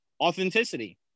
authenticity